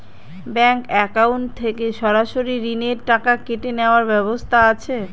Bank account থেকে সরাসরি ঋণের টাকা কেটে নেওয়ার ব্যবস্থা আছে?